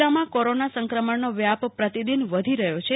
જિલ્લામાં કોરોના સંક્રમણનો વ્યાપ પ્રતિદિન વધી રહ્યો છે